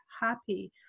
happy